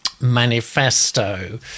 manifesto